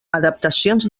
adaptacions